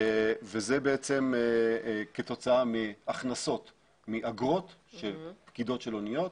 וזה בעצם כתוצאה מהכנסות מאגרות של פקידות של אוניות,